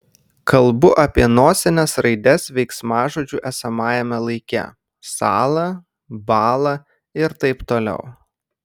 kalbu apie nosines raides veiksmažodžių esamajame laike sąla bąla ir taip toliau